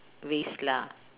waste lah